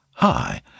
Hi